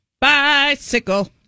Bicycle